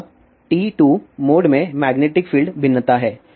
यह TE2 mode में magnetic field भिन्नता है